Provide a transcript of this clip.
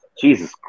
Jesus